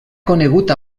conegut